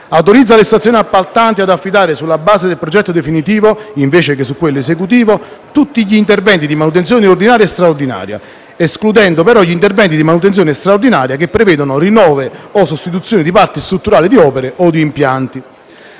autorizza le stazioni appaltanti ad affidare sulla base del progetto definitivo, invece che su quello esecutivo, tutti gli interventi di manutenzione ordinaria e straordinaria, con l'esclusione degli interventi di manutenzione straordinaria che prevedono il rinnovo o la sostituzione di parti strutturali delle opere o di impianti;